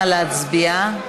נא להצביע.